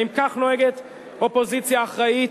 האם כך נוהגת אופוזיציה אחראית?